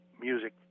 music